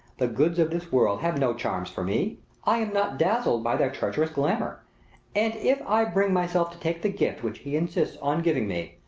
the goods of this world have no charms for me i am not dazzled by their treacherous glamour and if i bring myself to take the gift which he insists on giving me,